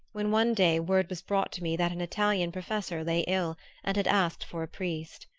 when one day word was brought me that an italian professor lay ill and had asked for a priest.